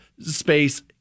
space